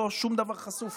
לא שום דבר חשוף,